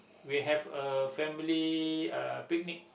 we have a family a uh picnic